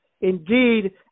indeed